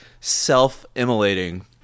self-immolating